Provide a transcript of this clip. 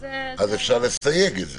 אז אפשר לסייג את זה.